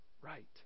right